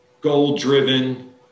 goal-driven